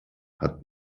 hat